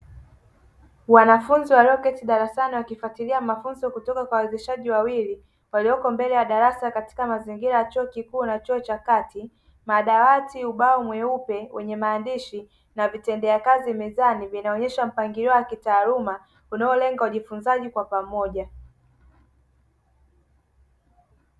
Wanafunzi walioketi darasani wakifuatilia mafunzo kutoka kwa wawezeshaji wawili, walioko mbele ya darasa katika mazingira ya chuo kikuu na chuo cha kati madawati, ubao mweupe wenye maandishi na vitendea kazi mezani vinaonyesha mpangilio wakitaaluma unaolenga ujifunzaji kwa pamoja.